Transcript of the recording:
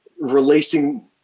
releasing